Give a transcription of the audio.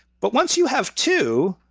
but once you have two,